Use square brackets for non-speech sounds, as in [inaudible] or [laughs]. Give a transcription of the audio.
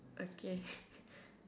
okay [laughs]